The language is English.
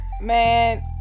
Man